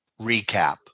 recap